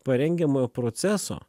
parengiamojo proceso